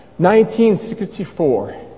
1964